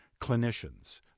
clinicians